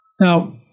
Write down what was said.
Now